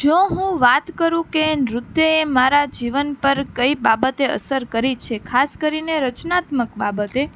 જો હું વાત કરું કે નૃત્યએ મારા જીવન પર કઈ બાબતે અસર કરી છે ખાસ કરીને રચનાત્મક બાબતે